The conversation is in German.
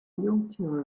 jungtiere